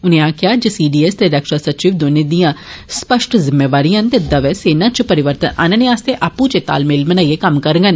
उनें आक्खेआ जे सी डी एस ते रक्षा सचिव दौने दिया स्पष्ट जिम्मेवारिया न ते दवै सेना च परिवर्तन आनने आस्तै आपू चै तालमेल बनाइयै कम्म करगंन